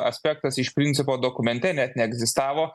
aspektas iš principo dokumente net neegzistavo